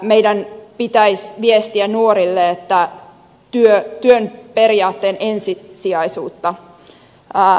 meidän pitäisi viestiä nuorille työn periaatteen ensisijaisuutta